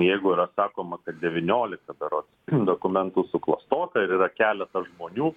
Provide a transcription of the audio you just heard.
jeigu yra sakoma kad devyniolika berods dokumentų suklastota ir yra keletas žmonių